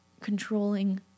controlling